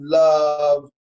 love